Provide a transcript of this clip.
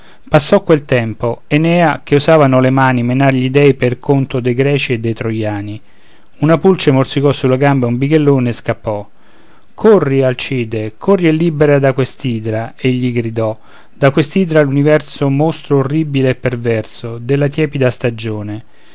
passò quel tempo enea che usavano le mani menar gli dèi per conto dei greci e dei troiani una pulce morsicò sulla gamba un bighellone e scappò corri alcide corri e libera da quest'idra egli gridò da quest'idra l'universo mostro orribile e perverso della tiepida stagione